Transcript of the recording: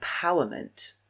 empowerment